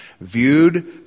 viewed